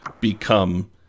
become